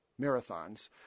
marathons